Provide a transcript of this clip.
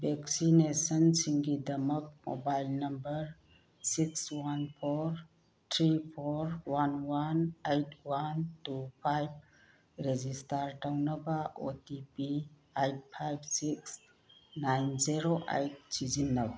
ꯕꯦꯛꯁꯤꯅꯦꯁꯟꯁꯤꯡꯒꯤꯗꯃꯛ mobile number six one four three four one one eight one two five register ꯇꯧꯅꯕ O T P eight five six nine zero eight ꯁꯤꯖꯤꯟꯅꯧ